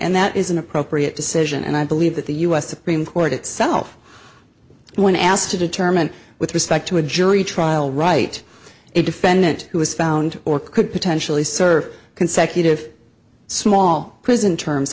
and that is an appropriate decision and i believe that the u s supreme court itself when asked to determine with respect to a jury trial write a defendant who was found or could potentially serve consecutive small prison terms